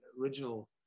original